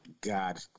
God